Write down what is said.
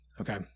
okay